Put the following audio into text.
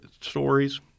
stories